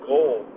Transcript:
goal